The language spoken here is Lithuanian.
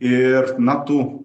ir na tų